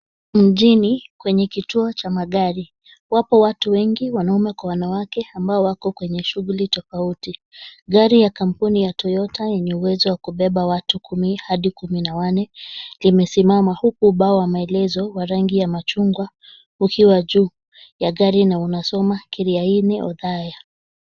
Mjini kwenye kituo cha magari wapo watu wengi wanaume kwa wanawake ambao wako kwenye shughuli tofauti. Gari ya kampuni ya Toyota yenye uwezo wa kubeba watu kumi hadi kumi na wanne limesimama huku ubao wa maelezo wa rangi ya machungwa ukiwa juu ya gari na unasoma Kiria ini Othaya.